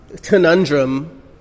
conundrum